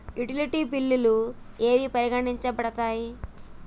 Utility బిల్లులు ఏవి పరిగణించబడతాయి?